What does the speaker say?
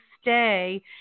stay